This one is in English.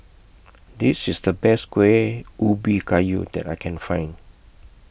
This IS The Best Kuih Ubi Kayu that I Can Find